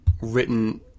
written